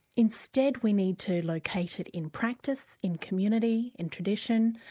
instead we need to locate it in practice, in community, in tradition,